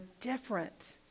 different